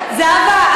זהבה,